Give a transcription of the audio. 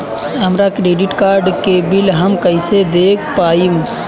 हमरा credit card के bill हम कइसे देख पाएम?